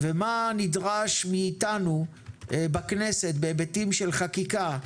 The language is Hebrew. ומה נדרש מאיתנו בכנסת בהיבטים של חקיקה,